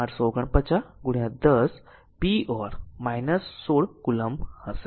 849 10 p or 16 coulomb હશે